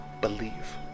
believe